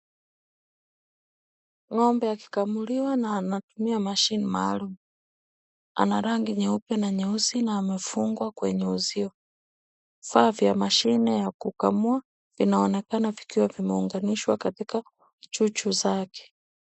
Ng'ombe akikamuliwa na anatumia mashini maalum ana rangi nyeupe na nyeusi na amefungwa kwenye uzio, vifaa vya mashine ya kukamua vinaonekana vikiwa vimeonganishwa katika chuchu zake.